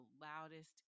loudest